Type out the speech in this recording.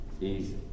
easy